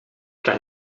kan